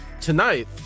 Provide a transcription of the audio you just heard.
tonight